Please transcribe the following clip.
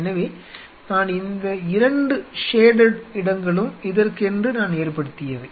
எனவே நான் இந்த 2 ஷேடட் இடங்களும் இதற்கென்று நான் ஏற்படுத்தியவை